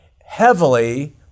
heavily